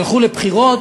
הלכו לבחירות,